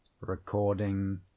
recording